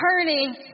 turning